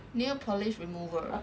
nail polish remover